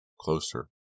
Closer